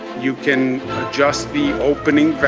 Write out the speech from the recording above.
you can just be opening